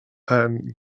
pan